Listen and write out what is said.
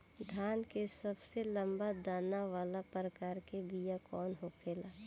धान के सबसे लंबा दाना वाला प्रकार के बीया कौन होखेला?